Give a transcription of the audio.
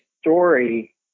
story